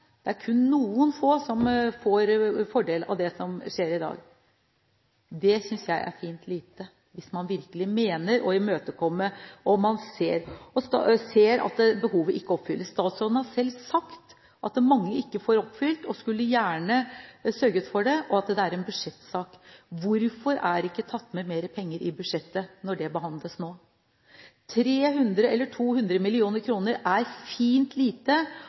som får fordel av det som skjer i dag – synes jeg er fint lite hvis man virkelig mener å imøtekomme, og man ser at behovet ikke oppfylles. Statsråden har selv sagt at mange ikke får oppfylt behovet og skulle gjerne sørget for det, men at det er en budsjettsak. Hvorfor er det ikke tatt med mer penger i budsjettet når det behandles nå? 300 mill. kr, eller 200 mill. kr, er fint lite,